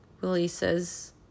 releases